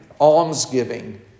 almsgiving